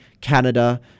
Canada